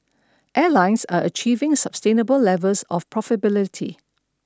airlines are achieving sustainable levels of profitability